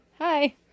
Hi